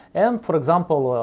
and for example,